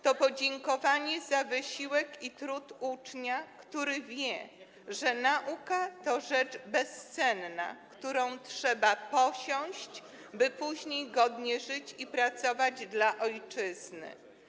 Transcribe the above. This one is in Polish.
To podziękowanie za wysiłek i trud ucznia, który wie, że nauka to rzecz bezcenna, którą trzeba posiąść, by później godnie żyć i pracować dla ojczyzny.